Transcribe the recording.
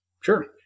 Sure